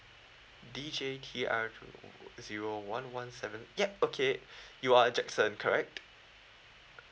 D J T R zero zero one one seven ya okay you are jackson correct